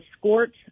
escort